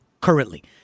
currently